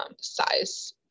size